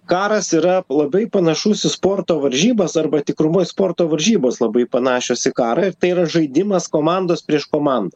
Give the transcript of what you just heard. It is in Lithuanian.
karas yra labai panašus į sporto varžybas arba tikrumu į sporto varžybos labai panašios į karą ir tai yra žaidimas komandos prieš komandą